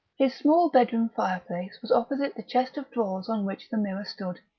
his small bedroom fireplace was opposite the chest of drawers on which the mirror stood,